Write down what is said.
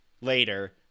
later